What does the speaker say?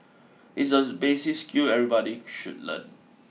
it's a basic skill everybody should learn